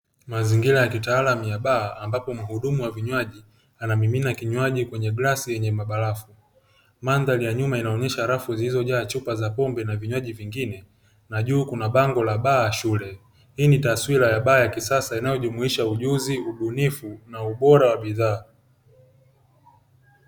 Mazingira ya kitaalamu ya baa ambapo muhudumu wa vinywaji anamimina kinywaji kwenye glasi yenye mabarafu, mandhari ya nyuma inaonyesha rafu zilizojaa chupa za pombe na vinywaji vingine na juu kuna bango la baa shule. Hii ni taswira inayoonyesha baa ya kisasa inayojumuisha ujuzi, ubunifu na ubora wa bidhaa.